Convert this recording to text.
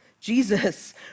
Jesus